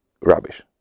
rubbish